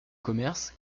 commerce